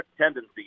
tendencies